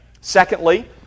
Secondly